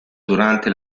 durante